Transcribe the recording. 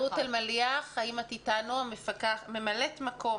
רות אלמליח, ממלאת מקום